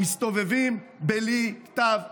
מסתובבים בלי כתב אישום.